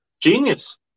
Genius